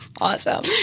Awesome